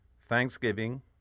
Thanksgiving